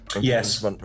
Yes